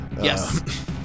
yes